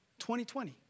2020